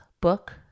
book